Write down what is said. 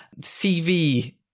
CV